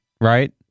right